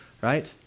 right